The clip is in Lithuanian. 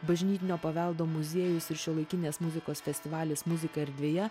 bažnytinio paveldo muziejus ir šiuolaikinės muzikos festivalis muzika erdvėje